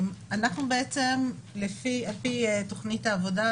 על פי תכנית העבודה,